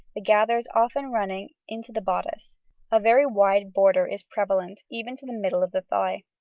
the gathers often running into the bodice a very wide border is prevalent, even to the middle of the thigh.